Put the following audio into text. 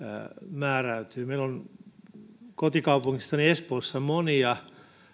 määräytyy meillä on kotikaupungissani espoossa monia